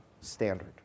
standard